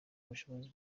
ubushobozi